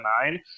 Nine